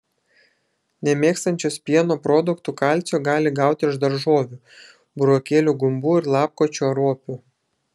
nemėgstančios pieno produktų kalcio gali gauti iš daržovių burokėlių gumbų ir lapkočių ar ropių